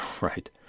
Right